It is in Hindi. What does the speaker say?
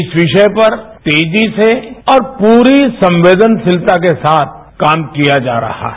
इस विषय पर तेजी से और पूरी संवेदनशीलता के साथ काम किया जा रहा है